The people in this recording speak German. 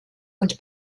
und